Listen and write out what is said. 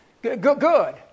Good